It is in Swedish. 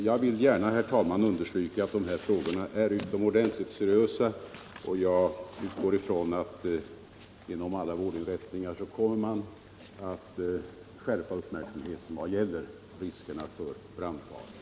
Jag vill understryka att dessa frågor är utomordentligt seriösa, och jag utgår ifrån att man på alla vårdinrättningar kommer att skärpa uppmärksamheten vad det gäller brandriskerna.